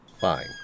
Fine